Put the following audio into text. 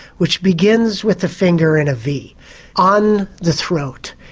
which begins with the finger in a v on the throat,